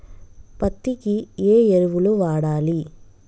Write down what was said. పత్తి కి ఏ ఎరువులు వాడాలి?